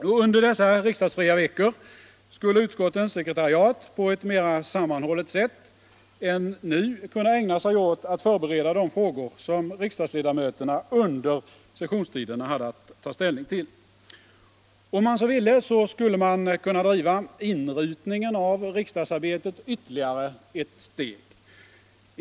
Och under dessa riksdagsfria veckor skulle utskottens sekretariat på ett mer sammanhållet sätt än nu kunna ägna sig åt att förbereda de frågor som riksdagsledamöterna under sessionstiderna hade att ta ställning till. Om man så ville skulle inrutningen av riksdagsarbetet kunna drivas ytterligare ett steg.